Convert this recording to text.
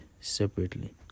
separately